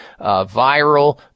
viral